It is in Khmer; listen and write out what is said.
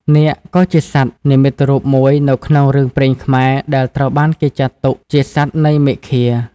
នាគក៏ជាសត្វនិមិត្តរូបមួយនៅក្នុងរឿងព្រេងខ្មែរដែលត្រូវបានគេចាត់ទុកជាសត្វនៃមេឃា។